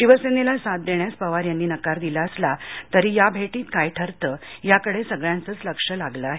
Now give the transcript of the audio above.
शिवसेनेला साथ देण्यास पवार यांनी नकार दिला असला तरी या भेटीत काय ठरतं त्याकडे सगळ्यांचंच लक्ष लागलं आहे